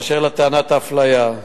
באשר לטענת האפליה,